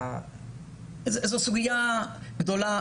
זו סוגיה גדולה.